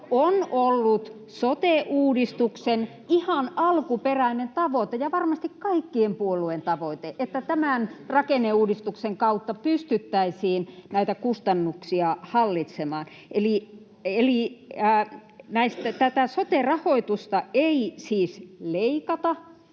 on ollut sote-uudistuksen ihan alkuperäinen tavoite ja varmasti kaikkien puolueiden tavoite, että tämän rakenneuudistuksen kautta pystyttäisiin näitä kustannuksia hallitsemaan. Eli tätä sote-rahoitusta ei siis leikata,